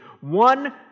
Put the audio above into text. one